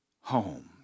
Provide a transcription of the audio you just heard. home